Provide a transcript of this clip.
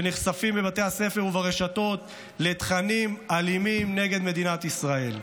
שנחשפים בבתי הספר וברשתות לתכנים אלימים נגד מדינת ישראל.